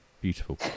Beautiful